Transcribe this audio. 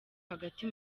hagati